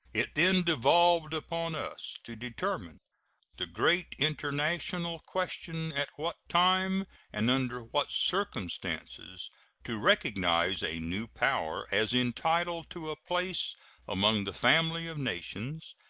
it then devolved upon us to determine the great international question at what time and under what circumstances to recognize a new power as entitled to a place among the family of nations,